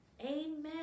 Amen